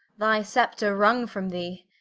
thy scepter wrung from thee,